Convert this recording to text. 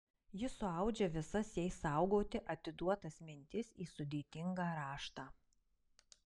ji suaudžia visas jai saugoti atiduotas mintis į sudėtingą raštą